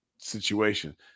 situation